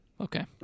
Okay